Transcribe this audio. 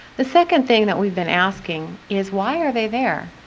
the second thing that we've been asking is why are they there,